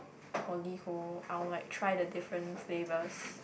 or Liho I will like try the different flavours